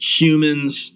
humans